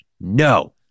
No